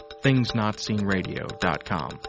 thingsnotseenradio.com